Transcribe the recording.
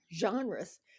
genres